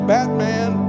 Batman